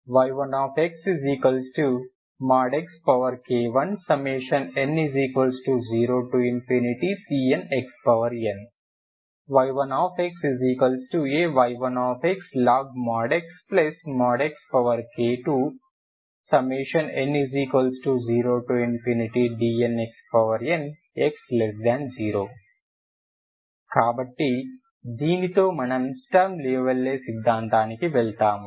y1xxk1n0cnxn y1xAy1xlogxxk2 n0dnxn x0 కాబట్టి దీనితో మనము స్టర్మ్ లియోవిల్లే సిద్ధాంతానికి వెళ్తాము